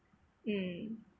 mm